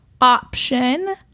option